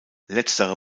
letztere